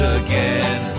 again